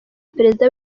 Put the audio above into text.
perezida